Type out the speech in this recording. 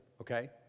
okay